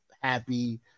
happy